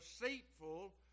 deceitful